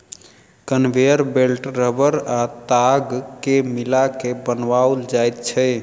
conveyor belt रबड़ आ ताग के मिला के बनाओल जाइत छै